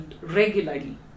regularly